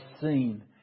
seen